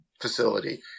facility